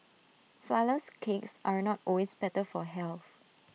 Flourless Cakes are not always better for health